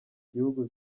gihugu